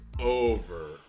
over